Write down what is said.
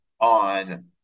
on